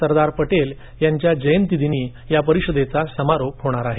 सरदार पटेल यांच्या जयंती दिनी याचा समारोप होणार आहे